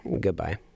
Goodbye